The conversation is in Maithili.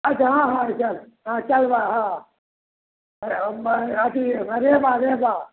अच्छा हँ हँ चल चेल्हबा हँ मर अथी रेबा रेबा